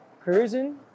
Cruising